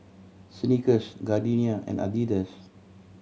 Snickers Gardenia and Adidas